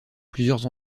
plusieurs